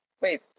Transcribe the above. Wait